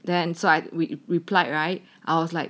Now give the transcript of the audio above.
then so I replied right I was like